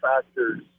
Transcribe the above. factors